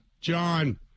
John